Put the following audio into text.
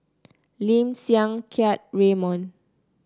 Lim Siang Keat Raymond